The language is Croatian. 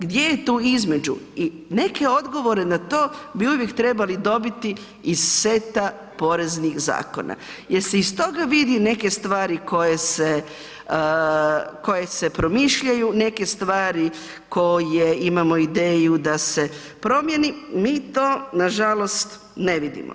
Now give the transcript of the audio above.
Gdje je tu između i neke odgovore na to bi uvijek trebali dobiti iz seta poreznih zakona jer se iz toga vidi neke stvari koje se promišljaju, neke stvari koje imamo ideju da se promjeni, mi to nažalost ne vidimo.